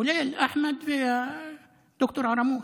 כולל אחמד וד"ר ערמוש.